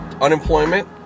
unemployment